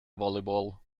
volleyball